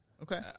Okay